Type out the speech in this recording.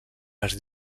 els